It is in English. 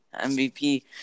MVP